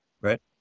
Right